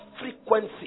frequency